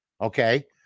Okay